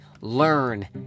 learn